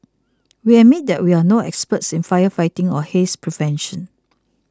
we admit that we are no experts in firefighting or haze prevention